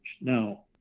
Now